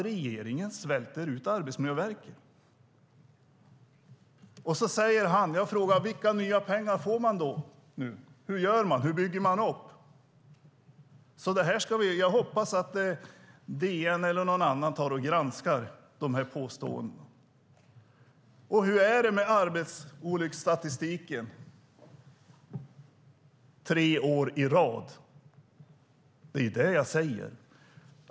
Regeringen svälter ut Arbetsmiljöverket; så är det bara. Jag frågar vilka nya pengar man får, hur man gör och hur man ska bygga upp det hela. Jag hoppas att DN eller någon annan tar och granskar dessa påståenden. Och hur är det med arbetsolycksstatistiken tre år i rad? Det är ju det jag säger.